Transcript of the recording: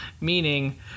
meaning